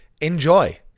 Enjoy